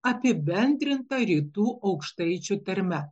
apibendrinta rytų aukštaičių tarme